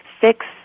six